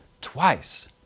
twice